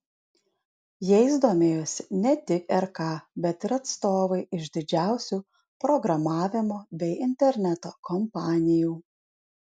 jais domėjosi ne tik rk bet ir atstovai iš didžiausių programavimo bei interneto kompanijų